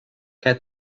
què